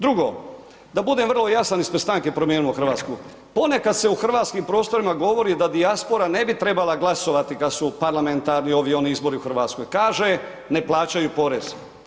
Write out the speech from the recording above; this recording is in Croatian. Drugo, da budem vrlo jasan ispred Stranke promijenimo Hrvatsku, ponekad se u hrvatskim prostorima govori da dijaspora ne bi trebala glasovati kad su parlamentarni, ovi, oni izbori u RH, kaže, ne plaćaju porez.